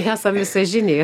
nesam visažiniai